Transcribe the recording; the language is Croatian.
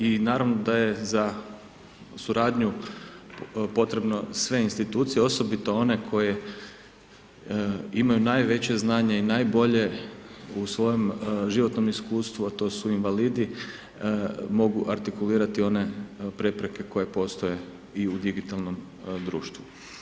I naravno da je za suradnju potrebno sve institucije, osobito one koje imaju najveće znanje i najbolje u svojem životnom iskustvu, a to su invalidi, mogu artikulirati one prepreke koje postoje i u digitalnom društvu.